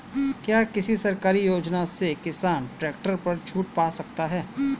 क्या किसी सरकारी योजना से किसान ट्रैक्टर पर छूट पा सकता है?